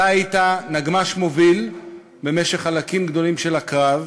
אתה היית נגמ"ש מוביל במשך חלקים גדולים של הקרב.